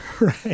right